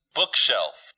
Bookshelf